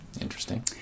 Interesting